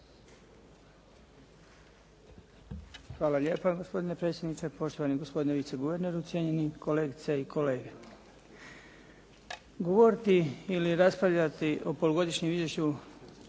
Hvala lijepa gospodine predsjedniče, poštovani gospodine vice guverneru, cijenjeni kolegice i kolege. Govoriti ili raspravljati o polugodišnjem izvješću